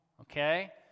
Okay